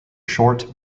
short